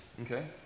Okay